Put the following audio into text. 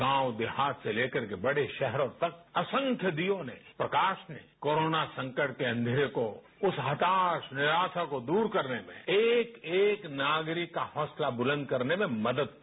गांव देहात से लेकर के बड़े शहरों तक असंख्य दीयों ने प्रकाश ने कोरोना संकट के अंधेरे को उस हताश निराशा को दूर करने में एक एक नागरिक का हौंसला बुलंद करने में मदद की